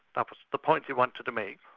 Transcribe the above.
ah the point he wanted to make.